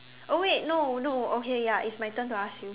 oh wait no no okay ya it's my turn to ask you